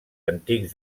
antics